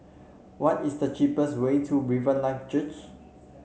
what is the cheapest way to Riverlife Church